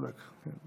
צודק.